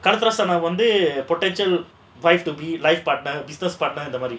கருத்துலாம் சொன்னா வந்து:karuthulaam sonnaa vandhu potential life partner business partner இந்த மாதிரி:indha maadhiri